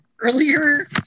earlier